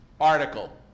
article